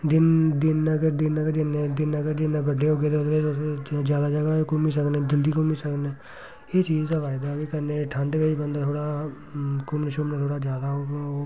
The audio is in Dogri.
दिन दिन अगर दिन पर जन्ने आं दिन अगर जिन्ने बड्डे होगे ते ओह्दे बिच्च तुस ज्यादा जगह् घूमी सकने जल्दी घूमी सकने एह् चीज़ ऐ फायदा ऐ कन्नै ठंड बिच्च बंदा थोह्ड़ा घूमी शूमी थोह्ड़ा ज्यादा ओह्